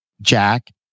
Jack